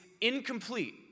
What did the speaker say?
incomplete